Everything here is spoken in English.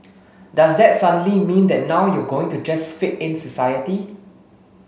does that suddenly mean that now you're going to just fit in society